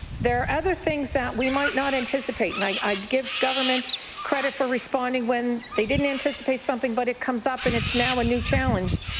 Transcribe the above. there are other things that we might not anticipate and i i give government credit for responding when they didn't anticipate something but it comes up and it's now a new challenge.